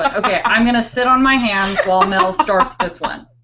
ah okay. i'm going to sit on my hands while mel starts this one.